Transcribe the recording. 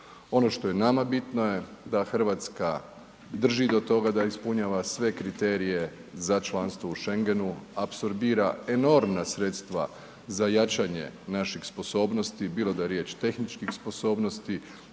Ono što je nama bitno je da Hrvatska drži do toga da ispunjava sve kriterije za članstvo u Schengenu, apsorbira enormna sredstava za jačanje naših sposobnosti, bilo da je riječ tehničkih sposobnosti,